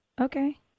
Okay